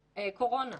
קורונה.